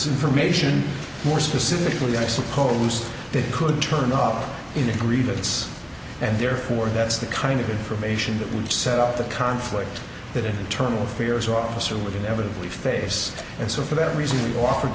information more specific really i suppose they could turn up in agreements and therefore that's the kind of information that would set up the conflict that internal affairs officer with inevitably face and so for that reason we offered